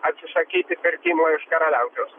atsisakyti pirkimo iš karaliaučiaus